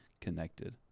connected